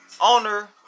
owner